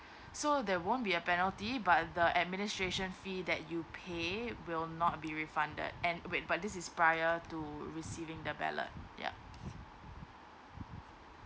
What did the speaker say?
so there won't be a penalty but the administration free that you pay will not be refunded and wait but this is prior to receiving the ballot yup